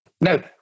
No